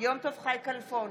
יום טוב חי כלפון,